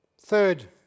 Third